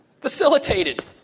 facilitated